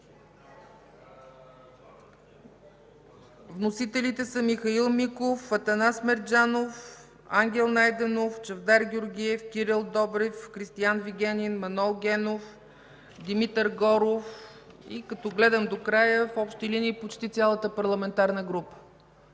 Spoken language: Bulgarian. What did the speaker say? Вносителите са Михаил Миков, Атанас Мерджанов, Ангел Найденов, Чавдар Георгиев, Кирил Добрев, Кристиан Вигенин, Манол Генов, Димитър Горов – като гледам до края, в общи линии почти цялата парламентарна група.